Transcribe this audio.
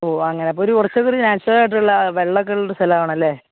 ഓ അങ്ങനെ അപ്പോൾ ഒരു കുറച്ചൊക്കെ ഒരു നാച്ചുറൽ ആയിട്ടുള്ള വെള്ളം ഒക്കെയുള്ള സ്ഥലം ആണല്ലേ